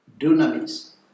Dunamis